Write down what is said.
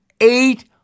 eight